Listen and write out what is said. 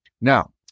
Now